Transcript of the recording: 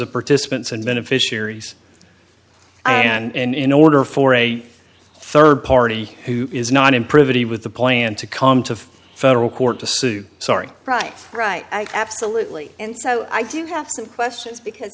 of participants and beneficiaries and in order for a rd party who is not in privy with the plan to come to federal court to sue sorry right right absolutely and so i do have some questions because